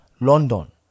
London